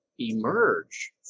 emerge